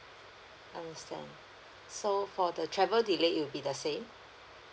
understand so for the travel delay it'll be the same